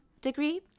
degree